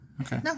okay